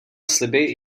sliby